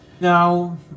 Now